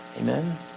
Amen